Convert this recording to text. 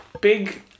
big